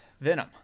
venom